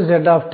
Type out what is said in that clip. తీసుకుందాం